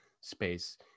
space